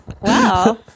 Wow